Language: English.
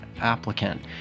applicant